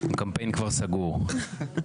הקמפיין כבר סגור.